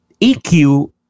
EQ